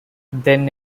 then